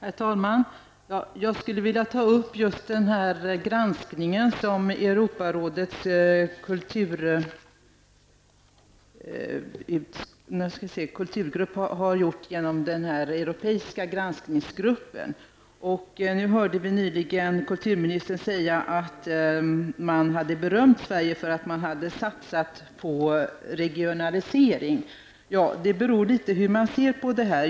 Herr talman! Jag skulle vilja ta upp den granskning som Europarådets kulturgrupp har gjort genom den europeiska granskningsgruppen. Vi hörde nyss kulturministern säga att gruppen hade berömt Sverige för våra satsningar på regionalisering. Men det beror litet på hur man ser på det.